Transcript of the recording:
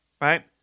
right